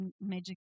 magic